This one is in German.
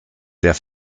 der